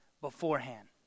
beforehand